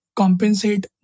compensate